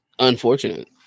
unfortunate